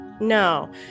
no